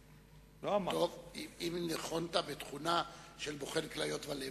אם ניחנת בתכונה של בוחן כליות ולב,